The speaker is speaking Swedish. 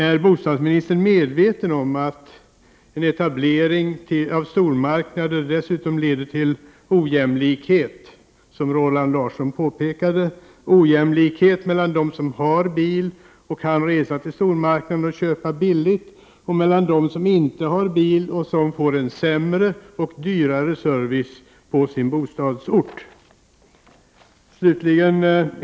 Är bostadsministern medveten om att en etablering av stormarknader dessutom leder till ojämlikhet, vilket Roland Larsson påpekade, mellan dem som har bil och kan resa till stormarknaden och köpa billigt och dem som inte har bil och får en sämre och dyrare service på sin bostadsort?